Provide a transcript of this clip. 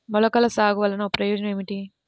మొలకల సాగు వలన ప్రయోజనం ఏమిటీ?